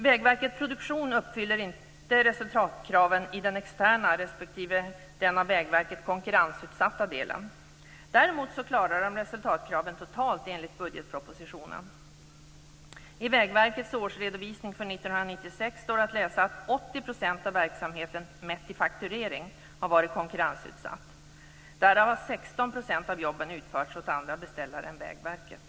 Vägverkets produktionsdivision uppfyller inte resultatkraven i den externa respektive den av Vägverket konkurrensutsatta delen. Däremot klarar den enligt budgetpropositionen resultatkraven totalt. I Vägverkets årsredovisning för 1996 står att läsa att 80 % av verksamheten mätt i fakturering har varit konkurrensutsatt. Därav har 16 % av jobben utförts åt andra beställare än Vägverket.